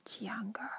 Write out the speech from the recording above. younger